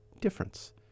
difference